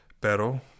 Pero